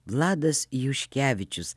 vladas juškevičius